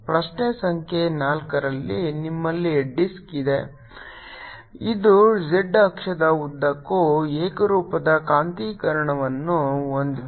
ಪ್ರಶ್ನೆ ಸಂಖ್ಯೆ ನಾಲ್ಕರಲ್ಲಿ ನಮ್ಮಲ್ಲಿ ಡಿಸ್ಕ್ ಇದೆ ಇದು z ಅಕ್ಷದ ಉದ್ದಕ್ಕೂ ಏಕರೂಪದ ಕಾಂತೀಕರಣವನ್ನು ಹೊಂದಿದೆ